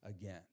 again